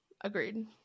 Agreed